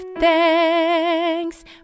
Thanks